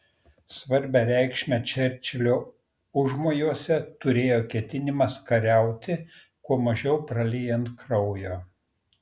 svarbią reikšmę čerčilio užmojuose turėjo ketinimas kariauti kuo mažiau praliejant kraujo